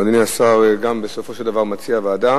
אבל, אדוני השר גם, בסופו של דבר, מציע ועדה.